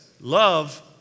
love